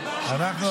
התקבל.